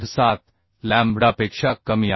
7 लॅम्ब्डापेक्षा कमी आहे